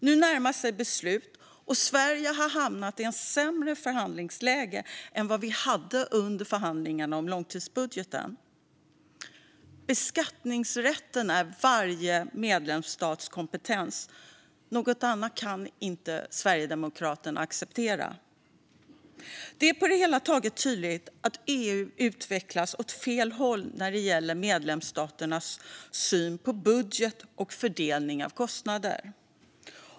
Nu närmar sig beslut, och Sverige har hamnat i ett sämre förhandlingsläge än vi hade under förhandlingarna om långtidsbudgeten. Beskattningsrätten är varje medlemsstats kompetens; något annat kan inte Sverigedemokraterna acceptera. Det är på det hela taget tydligt att EU utvecklas åt fel håll när det gäller medlemsstaternas syn på budget och fördelning av kostnader.